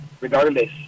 Regardless